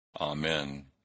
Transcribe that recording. amen